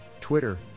Twitter